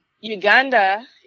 Uganda